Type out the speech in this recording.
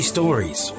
Stories